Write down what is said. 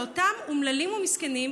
לאותם אומללים ומסכנים,